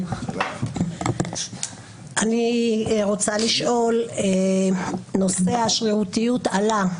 אני רוצה לשאול, נושא השרירותיות עלה.